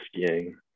skiing